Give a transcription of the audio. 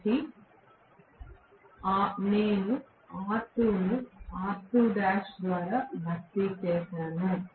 కాబట్టి నేను R2 ను కూడా R2' ద్వారా భర్తీ చేస్తాను